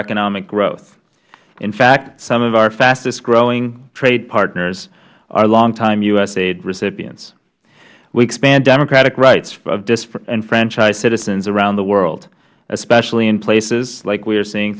economic growth in fact some of our fastest growing trade partners are long time usaid recipients we expand democratic rights of disenfranchised citizens around the world especially in places like we are seeing